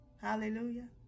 Hallelujah